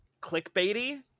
clickbaity